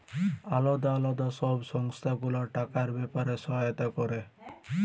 আলদা আলদা সব সংস্থা গুলা টাকার ব্যাপারে সহায়তা ক্যরে